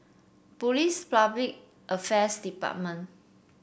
Police Public Affairs Department